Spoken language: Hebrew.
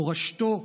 מורשתו,